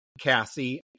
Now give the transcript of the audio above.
Cassie